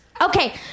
okay